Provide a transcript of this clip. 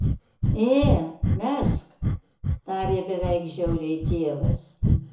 ė mesk tarė beveik žiauriai tėvas